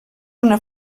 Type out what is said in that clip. una